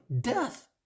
death